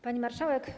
Pani Marszałek!